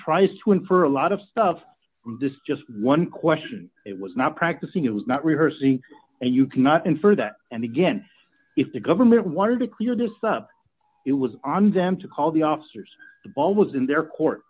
tries to infer a lot of stuff from this just one question it was not practicing it was not rehearsing and you cannot infer that and again if the government wanted to clear this up it was on them to call the officers the ball was in their court